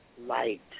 light